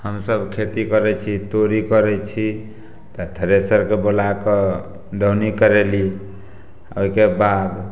हमसब खेती करय छी तोरी करय छी तऽ थ्रेसरके बुलाकऽ दौनी करयली ओइके बाद